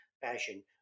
fashion